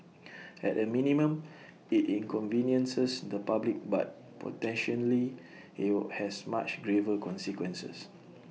at A minimum IT inconveniences the public but potentially IT were has much graver consequences